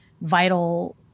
vital